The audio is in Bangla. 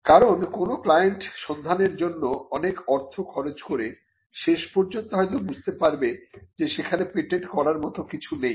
কারন কোন ক্লায়েন্ট সন্ধানের জন্য অনেক অর্থ খরচ করে শেষ পর্যন্ত হয়তো বুঝতে পারবে যে সেখানে পেটেন্ট করার মত কিছু নেই